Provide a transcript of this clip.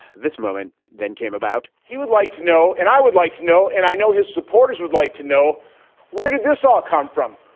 this moment then came about he would like to know and i would like to know and i know his supporters would like to know where did this all come from.